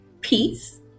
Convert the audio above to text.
peace